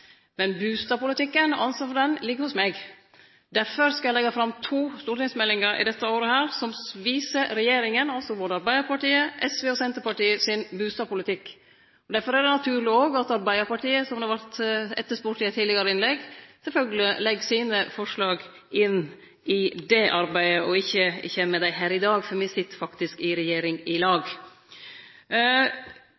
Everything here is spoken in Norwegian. men bustadpolitikken ligg hos meg. Difor skal eg leggje fram to stortingsmeldingar dette året, som viser regjeringa – altså både Arbeidarpartiet, SV og Senterpartiet – sin bustadpolitikk. Difor er det òg naturleg at Arbeidarpartiet, som det vart spurt etter i eit tidlegare innlegg, legg sine forslag inn i det arbeidet og ikkje kjem med dei her i dag. Me sit faktisk i regjering i lag.